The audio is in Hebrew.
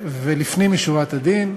ולפנים משורת הדין,